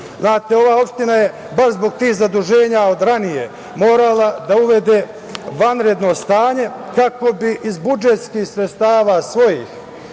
Znate, ova opština je baš zbog tih zaduženja od ranije morala da uvede vanredno stanje, kako bi iz budžetskih sredstava svojih